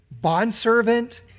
bondservant